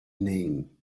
name